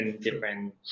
different